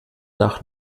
nach